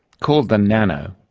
called the nano,